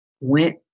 went